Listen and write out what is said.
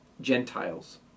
Gentiles